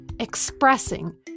expressing